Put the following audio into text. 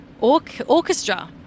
orchestra